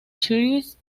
christ